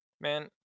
Man